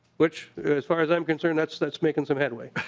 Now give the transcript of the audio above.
which as far as i'm concerned that's that's making some headway.